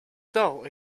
dull